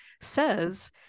says